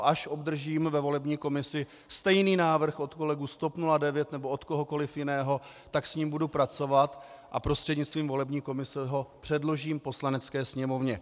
Až obdržím ve volební komisi stejný návrh od kolegů z TOP 09 nebo od kohokoliv jiného, tak s ním budu pracovat a prostřednictvím volební komise ho předložím Poslanecké sněmovně.